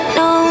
no